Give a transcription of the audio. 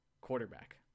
quarterback